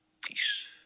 peace